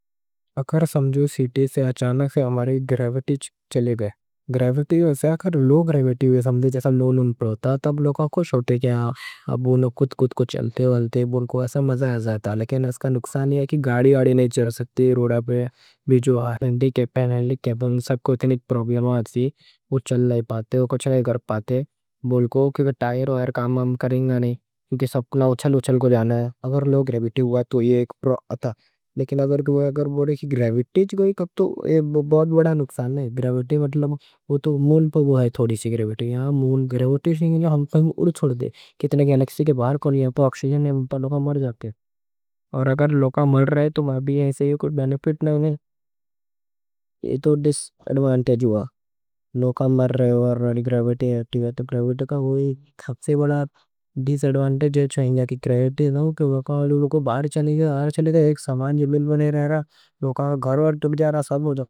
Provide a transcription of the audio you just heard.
اگر سمجھو اچانک سے ہماری گریویٹی چلی گئی۔ گریویٹی جو ایسا ہے، اگر لوگاں گریویٹی ہوئے سمجھو، جیسا نون نون پرو تھا، تب لوگاں خوش ہوتے گیا۔ اب اُنّاں کٹ کٹ اُچھلت ولت بولے تو ایسا مزہ ہی زیادہ تھا۔ لیکن اس کا نقصان یہ ہے کہ گاڑی گاڑی نہیں چل سکتے، روڈ پر بھی۔ وہ چل نہیں پاتے، وہ کچھ نہیں کر پاتے بولے تو، کیونکہ ٹائر کام کریں گا نہیں، کیونکہ سب کوں اچھل اچھل کوں جانا ہے۔ اگر لوگاں گریویٹی ہوئے تو یہ ایک پرو تھا۔ لیکن اگر بولے کہ گریویٹی جگہ ہی کم، تو یہ بہت بڑا نقصان ہے۔ گریویٹی مطلب بولے تو مون پہ تھوڑی سی گریویٹی ہے، یہاں مون گریویٹی جیساں ہے۔ جو ہمنا مون چھوڑ دے، باہر کونی آکسیجن ہے تا لوگاں مر جا کے۔ اور اگر لوگاں مر رہے تو وہ بھی ایسے، یہ کوئی بینفٹ نہیں ہے۔ یہ تو ڈیس ایڈوانٹیج ہوا؛ لوگاں مر رہے اور گریویٹی اُٹھ گئی، تو گریویٹی کا وہ ایک خاصے بڑا ڈیس ایڈوانٹیج ہے۔ وہی جا کے کرے دیتے کہ وہ لوگاں باہر چلے گئے، اُڑ چلے گئے، ایک سامان جمع بنے رہے رہا۔